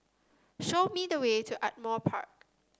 show me the way to Ardmore Park